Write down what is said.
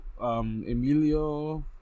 Emilio